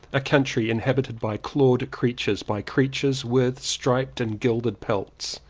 a country inhabited by clawed creatures, by creatures with striped and gilded pelts,